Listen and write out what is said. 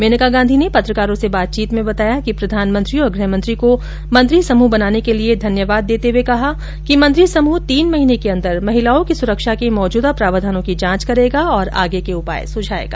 मेनका गांधी ने प्रधानमंत्री और गृह मंत्री को मंत्री समूह बनाने के लिये धन्यवाद देते हुए कहा कि मंत्रिसमूह तीन महीने के अंदर महिलाओं की सुरक्षा के मौजूदा प्रावधानों की जांच करेगा और आगे के उपाय सुझाएगा